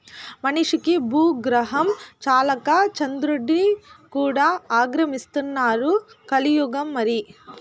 మనిషికి బూగ్రహం చాలక చంద్రుడ్ని కూడా ఆక్రమిస్తున్నారు కలియుగం మరి